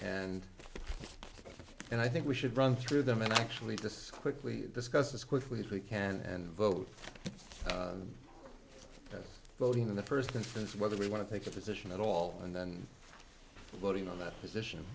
and and i think we should run through them and actually just quickly discuss as quickly as we can and vote voting in the first instance whether we want to take a position at all and voting on that position